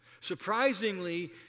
Surprisingly